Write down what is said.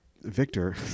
Victor